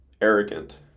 arrogant